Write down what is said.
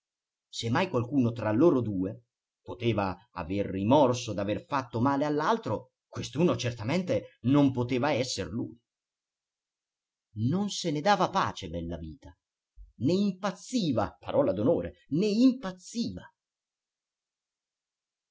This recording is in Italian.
mai qualcuno tra loro due poteva aver rimorso d'aver fatto male all'altro quest'uno certamente non poteva esser lui non se ne dava pace bellavita ne impazziva parola d'onore ne impazziva